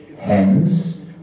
Hence